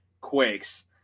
Quakes